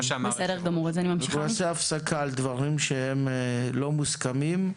נעשה הפסקה על דברים לא מוסכמים,